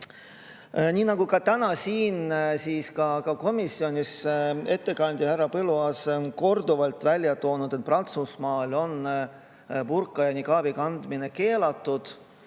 Nii nagu ka täna siin tõi komisjonis ettekandja härra Põlluaas korduvalt välja, et Prantsusmaal on burka ja nikaabi kandmine keelatud.